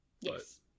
Yes